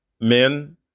men